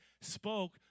spoke